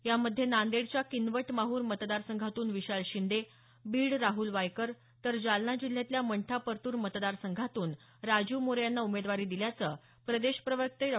यामध्ये नांदेडच्या किनवट माहूर मतदारसंघातून विशाल शिंदे बीड राहूल वायकर तर जालना जिल्ह्यातल्या मंठा परतूर मतदारसंघातून राजीव मोरे यांना उमेदवारी दिल्याचं प्रदेश प्रवक्ते डॉ